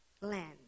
land